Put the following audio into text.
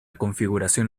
configuración